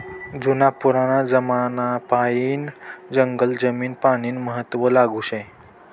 जुना पुराना जमानापायीन जंगल जमीन पानीनं महत्व लागू शे